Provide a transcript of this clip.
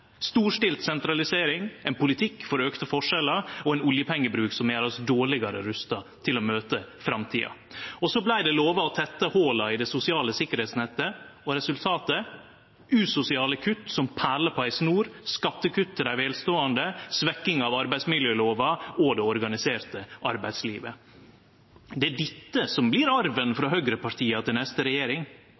Storstilt sentralisering, ein politikk for auka forskjellar og ein oljepengebruk som gjer oss dårlegare rusta til å møte framtida. Og det vart lova å tette hola i det sosiale sikringsnettet. Og resultatet? Usosiale kutt som perler på ei snor, skattekutt til dei velståande, svekking av arbeidsmiljølova og det organiserte arbeidslivet. Det er dette som blir arven frå høgrepartia til neste regjering: